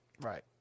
Right